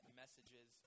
messages